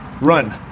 Run